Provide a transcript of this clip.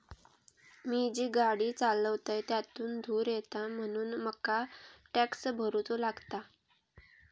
मी जी गाडी चालवतय त्यातुन धुर येता म्हणून मका टॅक्स भरुचो लागता